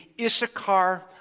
Issachar